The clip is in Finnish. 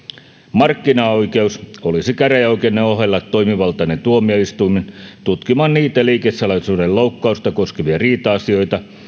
markkinaoikeus olisi käräjäoikeuden ohella toimivaltainen tuomioistuin tutkimaan niitä liikesalaisuuden loukkausta koskevia riita asioita